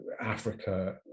Africa